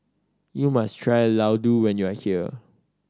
you must try Ladoo when you are here